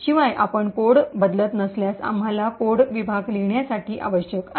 शिवाय आपण कोड बदलत नसल्यास आम्हाला कोड विभाग लिहिण्यासाठी आवश्यक नाही